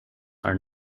are